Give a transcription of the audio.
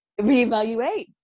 reevaluate